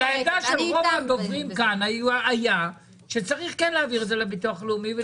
העמדה של רוב הדוברים כאן הייתה שכן צריך להעביר את זה לביטוח הלאומי.